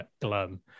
glum